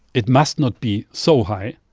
it must not be so high.